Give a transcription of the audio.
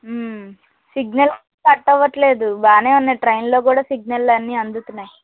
signal cut అవ్వట్లేదు బాగా ఉన్నాయి ట్రైన్లో కూడా సిగ్నల్స్ అన్నీ అందుతున్నాయి